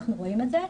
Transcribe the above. אנחנו רואים את זה,